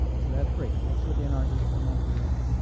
so that's great. that's within our eighteen month window.